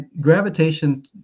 gravitation